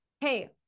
Hey